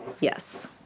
yes